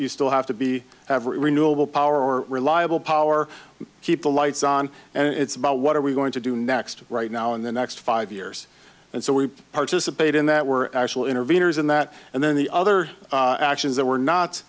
you still have to be average renewable power or reliable power keep the lights on and it's about what are we going to do next right now in the next five years and so we participate in that were actual interveners in that and then the other actions that we're not